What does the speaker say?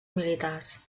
militars